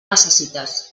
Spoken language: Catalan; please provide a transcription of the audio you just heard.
necessites